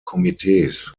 komitees